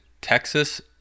texas